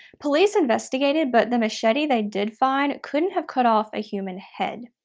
police investigated, but the machete they did find couldn't have cut off a human head.